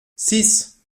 six